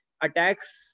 attacks